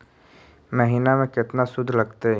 महिना में केतना शुद्ध लगतै?